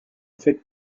faites